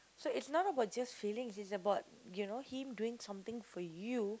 so it's not about just feelings it's about you know him doing something for you